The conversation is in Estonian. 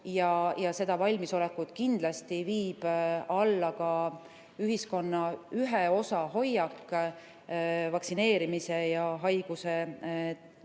Seda valmisolekut kindlasti viib alla ka ühiskonna ühe osa hoiak vaktsineerimise ja haiguse